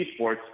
esports